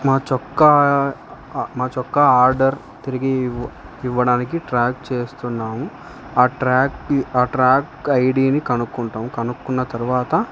మా చొక్క మా చొక్క ఆర్డర్ తిరిగి ఇవ్వడానికి ట్రాక్ చేస్తున్నాము ఆ ట్రాక్కి ఆ ట్రాక్ ఐ డీని కనుక్కుంటాం కనుక్కున్న తర్వాత